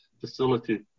facility